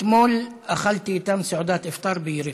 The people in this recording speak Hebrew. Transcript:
אתמול אכלתי אתם סעודת אפטאר ביריחו.